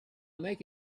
make